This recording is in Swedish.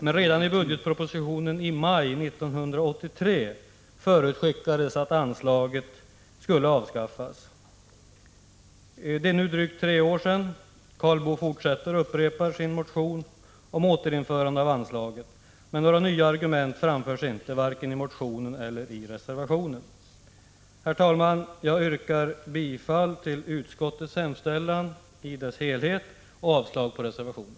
Men redan i budgetpropositionen 1983 förutskickades att anslaget skulle avskaffas. Det är nu drygt tre år sedan. Karl Boo fortsätter att upprepa kravet i sin motion om återinförande av anslaget. Några nya argument framförs emellertid inte vare sig i motionen eller i reservationen. Herr talman! Jag yrkar bifall till utskottets hemställan i dess helhet och avslag på reservationen.